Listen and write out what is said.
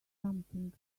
something